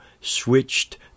Switched